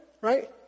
Right